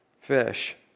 fish